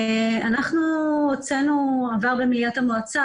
במליאת המועצה,